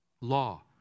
Law